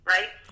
Right